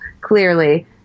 clearly